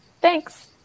Thanks